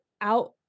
out